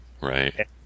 Right